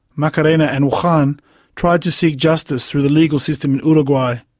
macarena and juan tried to seek justice through the legal system in uruguay.